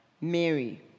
Mary